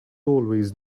always